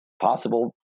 possible